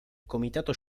comitato